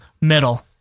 middle